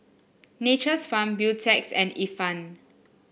Nature's Farm Beautex and Ifan